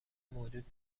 موجود